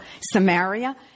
Samaria